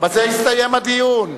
בזה הסתיים הדיון.